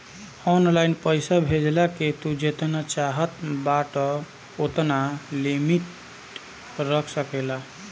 online पईसा भेजला के तू जेतना चाहत बाटअ ओतना लिमिट रख सकेला